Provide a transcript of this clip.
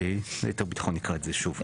ליתר ביטחון אני אקרא שוב.